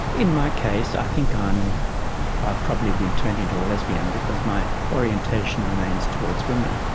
in my case i think um i've probably been turned into a lesbian because my orientation remains towards women.